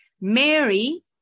Mary